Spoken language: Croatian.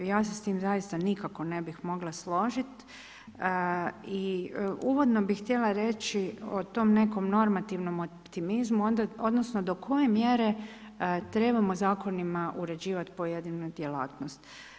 Ja se s tim zaista nikako ne bih mogla složit i uvodno bih htjela reći o tom nekom normativnom optimizmu, odnosno do koje mjere trebamo zakonima uređivati pojedinu djelatnost.